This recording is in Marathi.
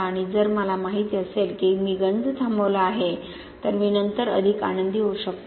आणि जर मला माहित असेल की मी गंज थांबवला आहे तर मी नंतर अधिक आनंदी होऊ शकतो